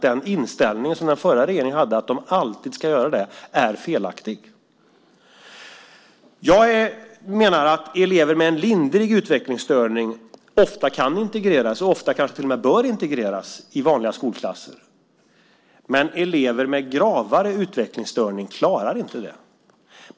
Den inställning som den förra regeringen hade, att de alltid ska göra det, är felaktig. Jag menar att elever med en lindrig utvecklingsstörning ofta kan integreras och att de ofta kanske till och med bör integreras i vanliga skolklasser. Men elever med gravare utvecklingsstörning klarar inte det.